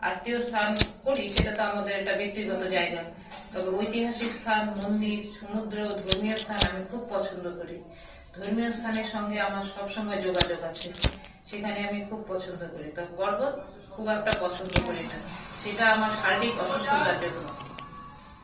আত্মীয় স্থান করি সেটা তো আমাদের একটা ব্যক্তিগত জায়গা তবে ঐতিহাসিক স্থান মন্দির সমুদ্র ধর্মীয় স্থান আমি খুব পছন্দ করি ধর্মীয় স্থানের সঙ্গে আমার সবসময় যোগাযোগ আছে সেখানে আমি খুব পছন্দ করি তো পর্বত খুব একটা পছন্দ করি না সেটা আমার শারীরিক অসুস্থতার জন্য